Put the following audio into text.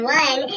one